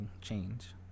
change